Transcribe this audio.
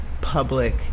public